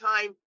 time